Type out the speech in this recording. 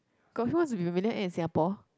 got who wants to be a millionaire in Singapore